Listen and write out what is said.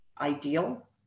ideal